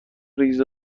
ریز